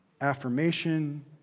affirmation